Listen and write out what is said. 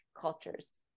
cultures